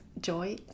joy